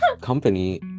company